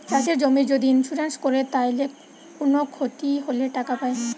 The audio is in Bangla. চাষের জমির যদি ইন্সুরেন্স কোরে তাইলে কুনো ক্ষতি হলে টাকা পায়